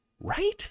Right